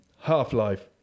Half-Life